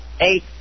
Eight